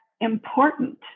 important